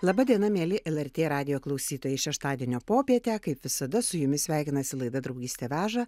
laba diena mieli lrt radijo klausytojai šeštadienio popietę kaip visada su jumis sveikinasi laida draugystė veža